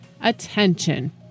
attention